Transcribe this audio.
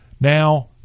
Now